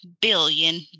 billion